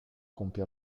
compie